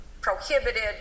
prohibited